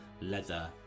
leather